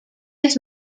his